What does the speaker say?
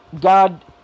God